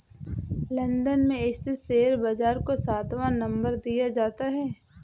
London में स्थित share बाजार को सातवां नम्बर दिया जाता है